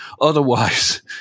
Otherwise